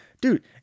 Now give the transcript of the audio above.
dude